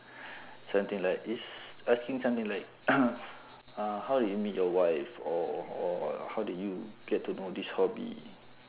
something like it's asking say something like uh how did you meet your wife or or how did you get to know this hobby